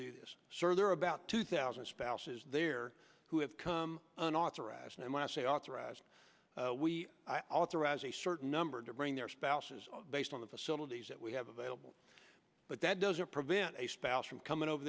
do this there are about two thousand spouses there who have come an authoress and when i say authorized we also as a certain number to bring their spouses based on the facilities that we have available but that doesn't prevent a spouse from coming over